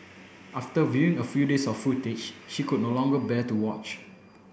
after viewing a few days of footage she could no longer bear to watch